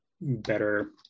better